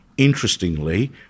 Interestingly